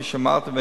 כפי שאמרתי,